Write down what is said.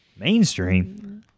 mainstream